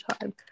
time